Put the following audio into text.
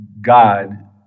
God